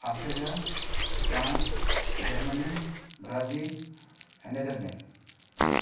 Australia France Germany Brazil ऐं Netherland